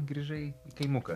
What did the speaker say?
grįžai kaimuką